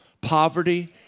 poverty